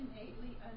innately